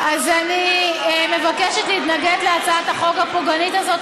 אני מבקשת להתנגד להצעת החוק הפוגענית הזאת,